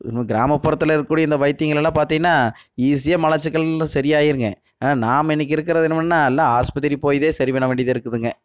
இன்னும் கிராமப்புறத்தில் இருக்கக்கூடிய இந்த வைத்தியங்கள் எல்லாம் பாத்தீங்கன்னா ஈஸியாக மலச்சிக்கல் சரி ஆயிடுங்க ஆனால் நாம் இன்றைக்கி இருக்கிறது என்னமோன்னால் எல்லாம் ஆஸ்பத்திரி போய் தான் சரி பண்ண வேண்டியதாக இருக்குதுங்க